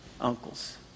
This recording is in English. uncles